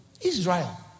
Israel